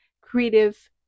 creative